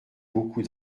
beaucoup